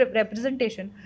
representation